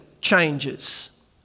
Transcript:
changes